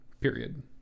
Period